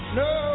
no